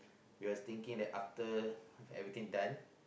we were thinking that after everything done